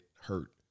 hurt